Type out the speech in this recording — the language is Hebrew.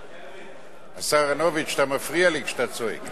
אתה מפריע לי כשאתה צועק,